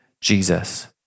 Jesus